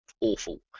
awful